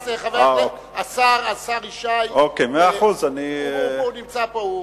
השר ישי נמצא פה.